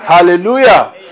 Hallelujah